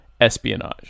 espionage